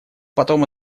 потом